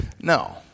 no